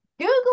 Google